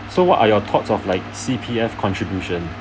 so what are your thoughts of like C_P_F contribution